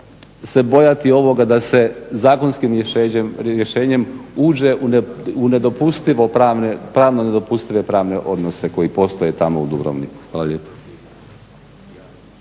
se bojati ovoga da se zakonskim rješenjem uđe u pravno nedopustive pravne odnose koji postoje tamo u Dubrovniku. Hvala lijepo.